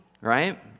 right